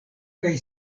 kaj